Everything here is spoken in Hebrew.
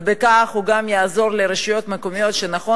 ובכך הוא גם יעזור לרשויות מקומיות שהיום